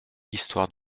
histoire